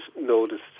noticed